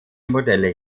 modelle